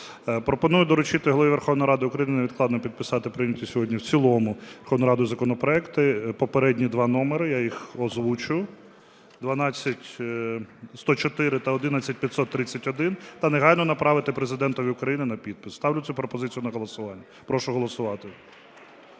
Пропоную доручити Голові Верховної Ради України невідкладно підписати прийняті сьогодні в цілому Верховною Радою законопроекти, попередні два номери, я їх озвучу, 12104 та 11531, та негайно направити Президентові України на підпис. Ставлю цю пропозицію на голосування. Прошу голосувати.